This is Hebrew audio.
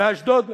באשדוד למשל,